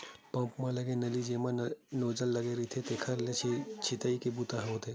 pump म लगे नली जेमा नोजल लगे रहिथे तेखरे ले छितई के बूता ह होथे